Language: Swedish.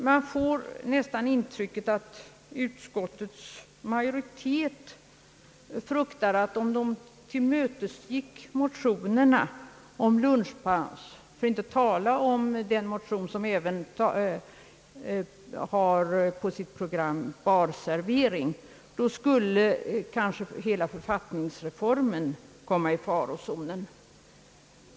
Man får nästan det intrycket, att utskottets majoritet fruktar för att om man tillmötesgår kraven i motionerna om en lunch paus — för att inte tala om den motion som har på sitt program barservering — skulle kanske hela författ ningsreformen komma i farozonen.